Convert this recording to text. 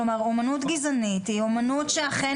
כלומר אמנות גזענית היא אמנות שאכן